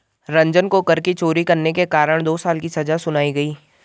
रंजन को कर की चोरी करने के कारण दो साल की सजा सुनाई गई